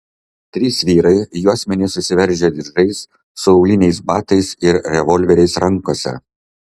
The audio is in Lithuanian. trys vyrai juosmenis susiveržę diržais su auliniais batais ir revolveriais rankose